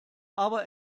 aber